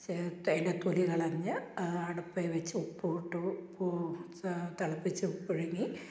say റ്റയിലെ തൊലി കളഞ്ഞ് അടുപ്പിൽ വെച്ച് ഉപ്പുമിട്ട് ഉപ്പു ചാ തിളപ്പിച്ച് പുഴുങ്ങി